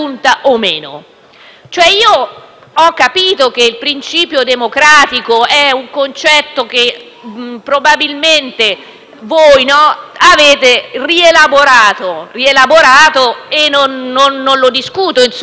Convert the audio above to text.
Ho capito che il principio democratico è un concetto che probabilmente voi avete rielaborato e non lo discuto (ognuno fa la sua strada), ma